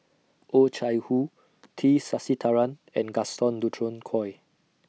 Oh Chai Hoo T Sasitharan and Gaston Dutronquoy